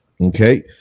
Okay